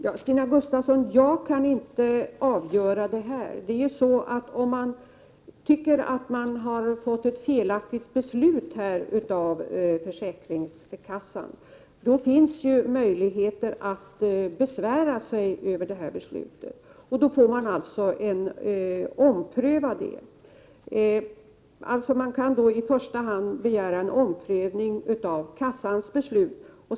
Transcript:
Jag kan inte, Stina Gustavsson, avgöra den aktuella frågan. Om man tycker att försäkringskassan har fattat ett felaktigt beslut finns det möjlighet att besvära sig över beslutet, och då blir det alltså en omprövning. Man kan i första hand begära en omprövning av kassans beslut.